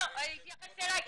הוא התייחס אלי,